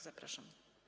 Zapraszam.